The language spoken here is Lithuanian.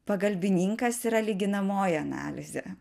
pagalbininkas yra lyginamoji analizė